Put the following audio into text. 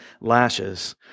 lashes